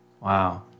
Wow